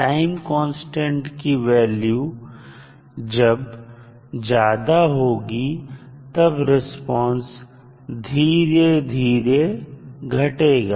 time constant की value जब ज्यादा होगी तब रिस्पांस धीरे धीरे घटेगा